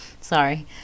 sorry